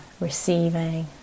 receiving